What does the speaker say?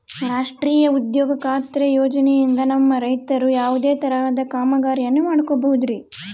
ರಾಷ್ಟ್ರೇಯ ಉದ್ಯೋಗ ಖಾತ್ರಿ ಯೋಜನೆಯಿಂದ ನಮ್ಮ ರೈತರು ಯಾವುದೇ ತರಹದ ಕಾಮಗಾರಿಯನ್ನು ಮಾಡ್ಕೋಬಹುದ್ರಿ?